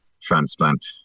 transplant